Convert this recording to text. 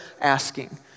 asking